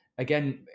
Again